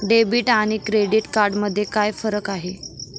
Debit आणि credit card मध्ये काय फरक आहे?